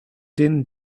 din